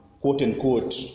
quote-unquote